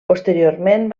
posteriorment